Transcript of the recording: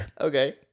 Okay